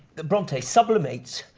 that bronte sublimates.